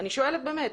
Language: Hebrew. אני שואלת באמת.